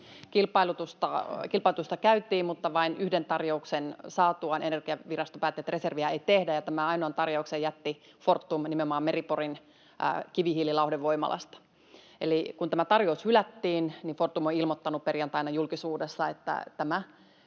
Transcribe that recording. Kilpailutusta käytiin, mutta vain yhden tarjouksen saatuaan Energiavirasto päätti, että reserviä ei tehdä, ja tämän ainoan tarjouksen jätti Fortum nimenomaan Meri-Porin kivihiililauhdevoimalasta. Eli kun tämä tarjous hylättiin, niin Fortum on ilmoittanut perjantaina julkisuudessa, että tämä